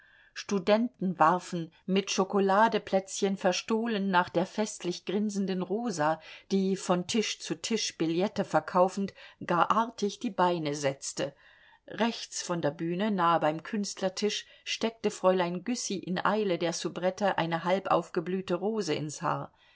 studenten warfen mit schokoladeplätzchen verstohlen nach der festlich grinsenden rosa die von tisch zu tisch billette verkaufend gar artig die beine setzte rechts von der bühne nahe beim künstlertisch steckte fräulein güssy in eile der soubrette eine halb aufgeblühte rose ins haar